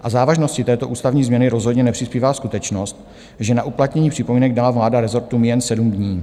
K závažnosti této ústavní změny rozhodně nepřispívá skutečnost, že na uplatnění připomínek dala vláda rezortům jen 7 dní.